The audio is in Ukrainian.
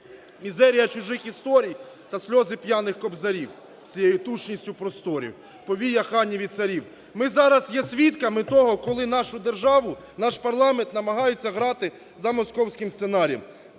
Мізерія чужих історій та сльози п'яних кобзарів – всією тучністю просторів повія ханів і царів". Ми зараз є свідками того, коли нашу державу, наш парламент намагаються грати за московським сценарієм.